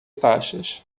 taxas